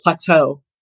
plateau